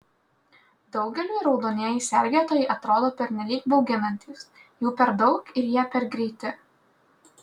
daugeliui raudonieji sergėtojai atrodo pernelyg bauginantys jų per daug ir jie per greiti